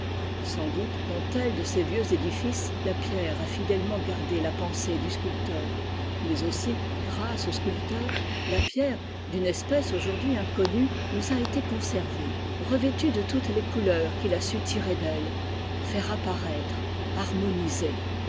d'autrefois sansdoute dans tel decesvieux édifices la pierre a ndèiement gardé la pensée du sculpteur mais aussi grâce au sculpteur la pierre d'une espèce aujourd'hui inconnue nous a été conservée revêtue de toutes les couleurs qu'il a su tirer d'elle faire apparaître harmoniser